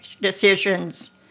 decisions